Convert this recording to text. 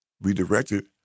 redirected